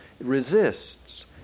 resists